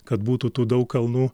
kad būtų tų daug kalnų